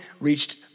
reached